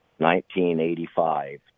1985